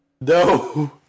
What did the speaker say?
No